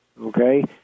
Okay